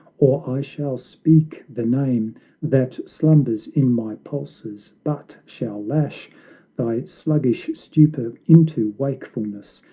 or i shall speak the name that slumbers in my pulses, but shall lash thy sluggish stupor into wakefulness,